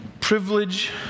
privilege